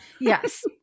Yes